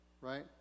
Right